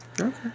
Okay